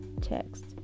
text